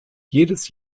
jedes